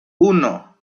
uno